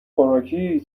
خوراکی